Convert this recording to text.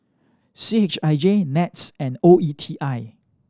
C H I J NETS and O E T I